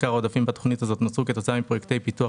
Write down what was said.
עיקר העודפים בתוכנית הזאת נוצרו כתוצאה מפרויקטי פיתוח